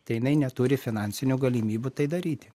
tai jinai neturi finansinių galimybių tai daryti